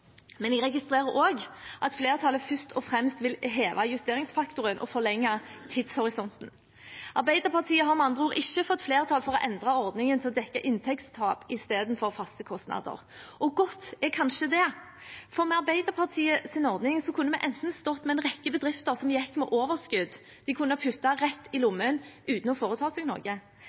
men jeg registrerer også at flertallet først og fremst vil heve justeringsfaktoren og forlenge tidshorisonten. Arbeiderpartiet har med andre ord ikke fått flertall for å endre ordningen som dekker inntektstap i stedet for faste kostnader. Og godt er kanskje det, for med Arbeiderpartiets ordning kunne vi enten stått med en rekke bedrifter som gikk med overskudd, som de kunne ha puttet rett i lommen uten å foreta seg